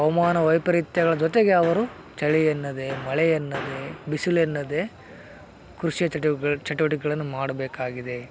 ಹವಮಾನ ವೈಪರಿತ್ಯಗಳ ಜೊತೆಗೆ ಅವರು ಚಳಿಯೆನ್ನದೆ ಮಳೆಯೆನ್ನದೆ ಬಿಸಿಲೆನ್ನದೆ ಕೃಷಿಯ ಚಟು ವ ಚಟುವಟಿಕೆಗಳನ್ನು ಮಾಡಬೇಕಾಗಿದೆ